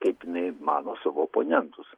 kaip jinai mano savo oponentus